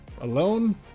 alone